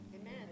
Amen